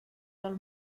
del